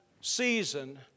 season